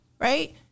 Right